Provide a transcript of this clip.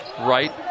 right